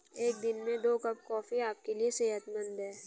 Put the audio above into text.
एक दिन में दो कप कॉफी आपके लिए सेहतमंद है